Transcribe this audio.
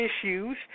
issues